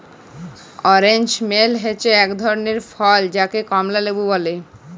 orange মালে হচ্যে এক ধরলের ফল যাকে কমলা লেবু ব্যলে